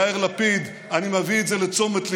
יאיר לפיד, אני מביא את זה לתשומת ליבך.